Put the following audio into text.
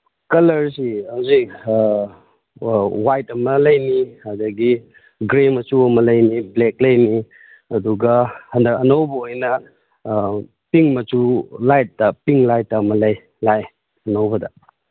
ꯀꯂꯔꯁꯤ ꯍꯧꯖꯤꯛ ꯋꯥꯏꯠ ꯑꯃ ꯂꯩꯅꯤ ꯑꯗꯒꯤ ꯒ꯭ꯔꯦ ꯃꯆꯨ ꯑꯃ ꯂꯩꯅꯤ ꯕ꯭ꯂꯦꯛ ꯂꯩꯅꯤ ꯑꯗꯨꯒ ꯍꯟꯗꯛ ꯑꯅꯧꯕ ꯑꯣꯏꯅ ꯄꯤꯡ ꯃꯆꯨ ꯂꯥꯏꯠꯇ ꯄꯤꯡ ꯂꯥꯏꯠꯇ ꯑꯃ ꯂꯩ ꯂꯥꯛꯑꯦ ꯑꯅꯧꯕꯗ